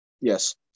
yes